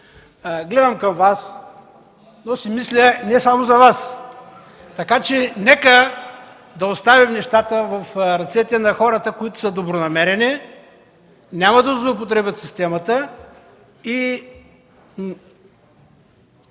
Цветанов) но си мисля не само за Вас. Така че нека да оставим нещата в ръцете на хората, които са добронамерени, няма да злоупотребят с темата.